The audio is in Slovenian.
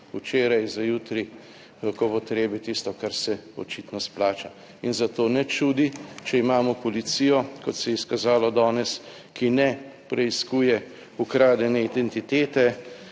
včeraj, za jutri, po potrebi tisto, kar se očitno splača. In zato ne čudi, če imamo policijo, kot se je izkazalo danes, ki ne preiskuje ukradene identitete,